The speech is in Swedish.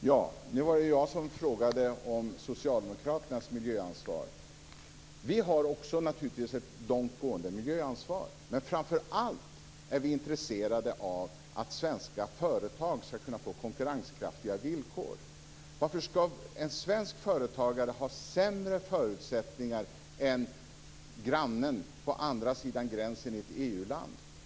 Herr talman! Nu var det jag som frågade om socialdemokraternas miljöansvar. Vi har naturligtvis också ett långt gående miljöansvar. Men framför allt är vi intresserade av att svenska företag skall kunna få konkurrenskraftiga villkor. Varför skall en svensk företagare ha sämre förutsättningar än grannen på andra sidan gränsen i ett EU-land?